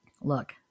Look